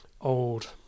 old